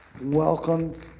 Welcome